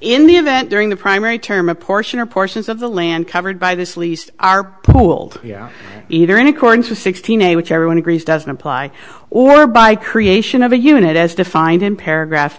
in the event during the primary term a portion or portions of the land covered by this least are pooled either in accordance with sixteen a which everyone agrees doesn't apply or by creation of a unit as defined in paragraph